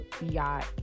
yacht